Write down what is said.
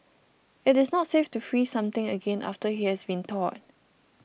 it is not safe to freeze something again after it has thawed